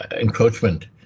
encroachment